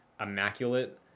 immaculate